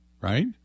right